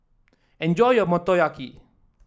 enjoy your Motoyaki